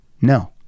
No